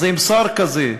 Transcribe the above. אז עם שר כזה,